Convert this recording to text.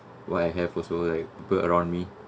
what I have also like around me